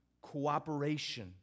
cooperation